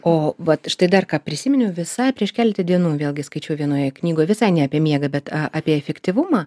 o va štai dar ką prisiminiau visai prieš keletą dienų vėlgi skaičiau vienoje knygoj visai ne apie miegą bet a apie efektyvumą